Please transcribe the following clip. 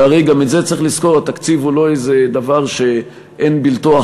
שהרי גם את זה צריך לזכור: התקציב הוא לא איזה דבר שאחריו אין בלתו,